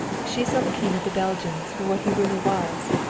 she saw the king of the belgians for what he really was,